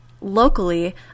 locally